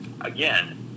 again